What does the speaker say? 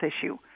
issue